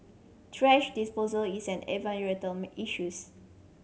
thrash disposal is an environmental issues